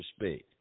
respect